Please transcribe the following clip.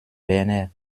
werner